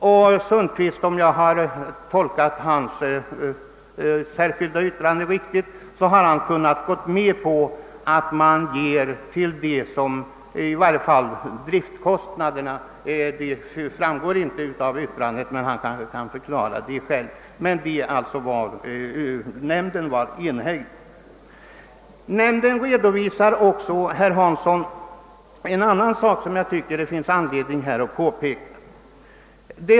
Om jag tolkat herr Sundkvists särskilda yttrande rätt, har han i varje fall gått med på att ge garantier för att täcka driftkostnaderna — det framgår inte av yttrandet, men han kan kanske förklara det själv. Nämnden var emellertid enhällig i detta fall: Nämnden redovisar också, herr Hansson, en annan sak som jag tycker att det finns anledning att här påpeka.